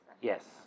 Yes